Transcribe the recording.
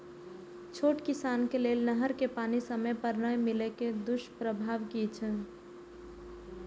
छोट किसान के लेल नहर के पानी समय पर नै मिले के दुष्प्रभाव कि छै?